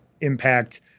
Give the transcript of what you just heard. impact